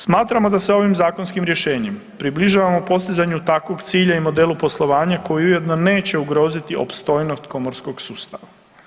Smatramo da se ovim zakonskim rješenjem približavamo postizanju takvog cilja i modelu poslovanja koji ujedno neće ugroziti opstojnost komorskog sustava.